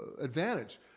advantage